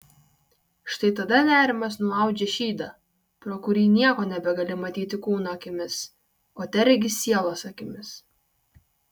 štai tada nerimas nuaudžia šydą pro kurį nieko nebegali matyti kūno akimis o teregi sielos akimis